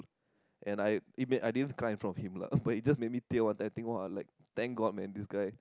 and I it made I didn't cry in front of him lah it just made me tear one time I think !wah! like thank god man this guy